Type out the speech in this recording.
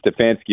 Stefanski